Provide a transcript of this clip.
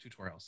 tutorials